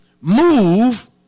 move